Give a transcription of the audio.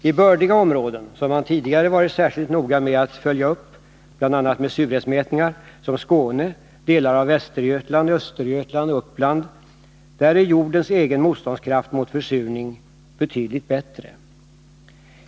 I bördiga områden — som man tidigare varit särskilt noga med att följa upp med bl.a. surhetsmätningar — som Skåne, delar av Västergötland, Östergötland och Uppland, är jordens egen motståndskraft mot försurning betydligt bättre.